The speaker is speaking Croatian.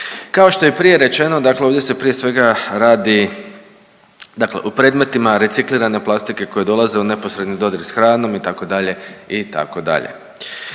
Kao što je i prije rečeno, dakle ovdje se prije svega radi dakle o predmetima reciklirane plastike koji dolaze u neposredni dodir s hranom itd.,